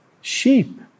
sheep